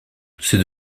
c’est